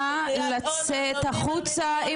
נא לצאת החוצה,